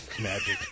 magic